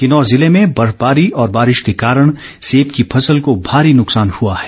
किन्नौर जिले में बर्फबारी और बारिश के कारण सेब की फसल को भारी नुकसान हुआ है